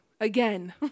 again